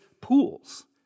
pools